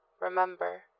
remember